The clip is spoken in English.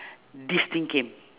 this thing came